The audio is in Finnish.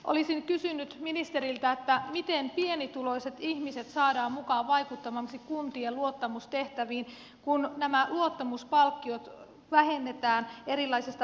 olisin kysynyt ministeriltä miten pienituloiset ihmiset saadaan mukaan vaikuttamaan esimerkiksi kuntien luottamustehtäviin kun nämä luottamuspalkkiot vähennetään erilaisista vanhempainetuisuuksista ja sosiaalietuisuuksista